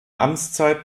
amtszeit